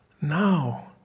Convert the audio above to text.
Now